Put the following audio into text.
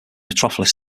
metropolis